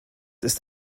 ist